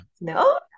No